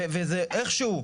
וזה איכשהו,